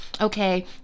Okay